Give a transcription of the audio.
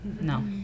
No